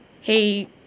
hey